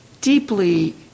Deeply